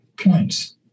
points